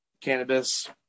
cannabis